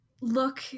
look